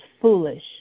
foolish